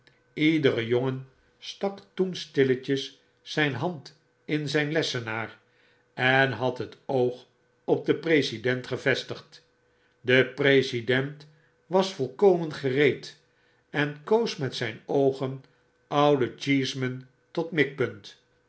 iedere jongen stak toen stilletjes zjjn hand in zyn lessenaar en had het oog op den president gevestigd de president was volkomengereed en koos met zyn oogen ouden cheeseman tot mikpunt